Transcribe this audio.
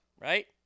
right